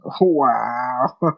Wow